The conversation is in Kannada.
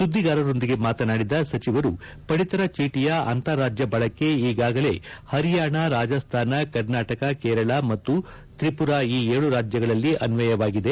ಸುದ್ಲಿಗಾರರೊಂದಿಗೆ ಮಾತನಾಡಿದ ಸಚಿವರು ಪಡಿತರ ಚೀಟಿಯ ಅಂತಾರಾಜ್ಞ ಬಳಕೆ ಈಗಾಗಲೇ ಪರಿಯಾಣ ರಾಜಸ್ತಾನ ಕರ್ನಾಟಕ ಕೇರಳ ಮತ್ತು ತ್ರಿಪುರಾ ಈ ಏಳು ರಾಜ್ಯಗಳಲ್ಲಿ ಅನ್ನಯವಾಗಿದೆ